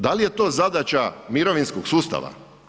Da li je to zadaća mirovinskog sustava?